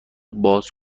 باز